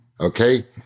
okay